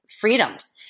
freedoms